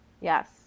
Yes